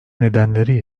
nedenleri